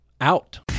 out